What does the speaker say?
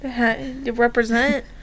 represent